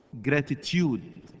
gratitude